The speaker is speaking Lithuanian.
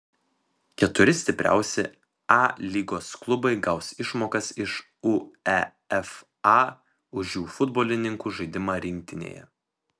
keturi stipriausi a lygos klubai gaus išmokas iš uefa už jų futbolininkų žaidimą rinktinėje